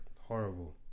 Horrible